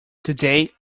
today